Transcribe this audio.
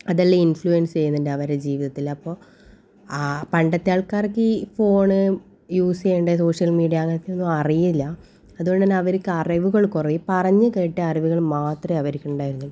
അതെല്ലാം ഇൻഫ്ലുവൻസ് ചെയ്യുന്നുണ്ട് അവരെ ജീവിതത്തിൽ അപ്പോൾ ആ പണ്ടത്തെ ആൾക്കാർക്ക് ഈ ഫോണ് യൂസ് ചെയ്യണ്ട സോഷ്യൽ മീഡിയ അങ്ങനത്തെ ഒന്നും അറിയില്ല അതുകൊണ്ട് തന്നെ അവർക്ക് അറിവുകൾ കുറയും ഈ പറഞ്ഞ് കേട്ട അറിവുകൾ മാത്രമേ അവർക്കുണ്ടായിരുന്നുള്ളൂ